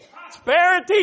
prosperity